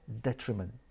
detriment